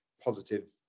positive